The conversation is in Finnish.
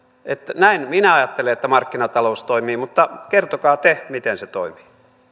näin minä ajattelen että markkinatalous toimii mutta kertokaa te miten se toimii